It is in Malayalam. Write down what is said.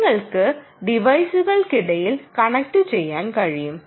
നിങ്ങൾക്ക് ടിവൈസുകൾക്കിടയിൽ കണക്റ്റുചെയ്യാൻ കഴിയും